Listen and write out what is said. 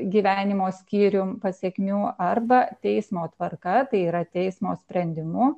gyvenimo skyrium pasekmių arba teismo tvarka tai yra teismo sprendimu